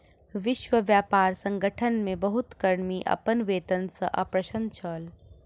विश्व व्यापार संगठन मे बहुत कर्मी अपन वेतन सॅ अप्रसन्न छल